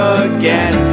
again